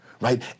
right